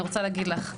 אז חשוב לי להגיד לך.